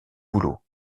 bouleaux